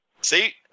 See